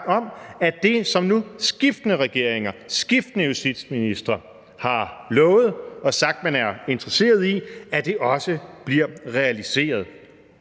om, at det, som nu skiftende regeringer, skiftende justitsministre har lovet og sagt at man er interesseret i, også bliver realiseret.